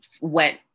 went